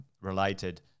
related